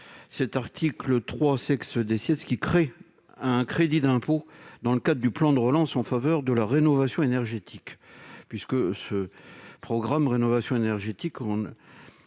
Cet article 3 vise à créer un crédit d'impôt dans le cadre du plan de relance en faveur de la rénovation énergétique. Ce programme de rénovation énergétique